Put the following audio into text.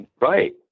right